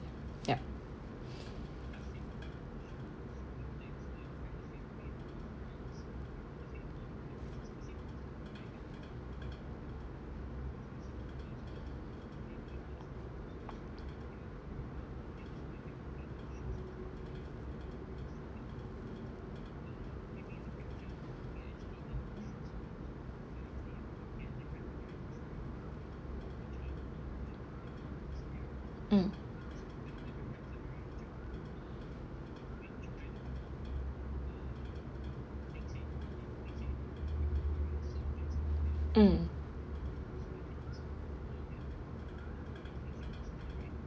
ya mm mm